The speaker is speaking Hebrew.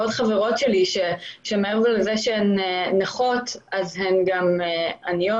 עוד חברות שלי שמעבר לזה שהן נכות אז הן גם עניות.